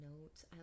notes